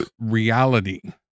reality